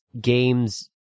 games